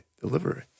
delivery